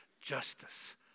justice